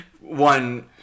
one